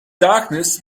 darkness